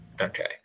okay